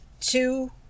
two